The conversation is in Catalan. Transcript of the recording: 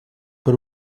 per